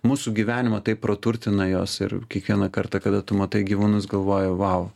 mūsų gyvenimą taip praturtina jos ir kiekvieną kartą kada tu matai gyvūnus galvoji vau